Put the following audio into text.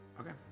Okay